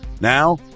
Now